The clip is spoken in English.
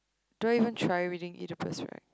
don't even try reading Oedipus right